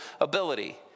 ability